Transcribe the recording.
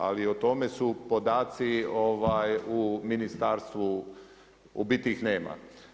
Ali o tome su podaci u ministarstvu, u biti ih nema.